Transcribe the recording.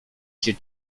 się